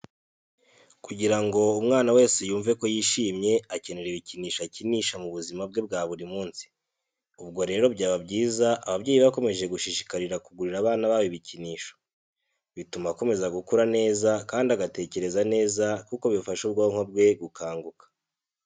Kugira ngo umwana wese yumve ko yishimye, akenera ibikinisho akinisha mu buzima bwe bwa buri munsi. Ubwo rero byaba byiza ababyeyi bakomeje gushishikarira kugurira abana babo ibikinisho. Bituma akomeza gukura neza kandi agatekereza neza kuko bifasha ubwonko bwe gukanguka.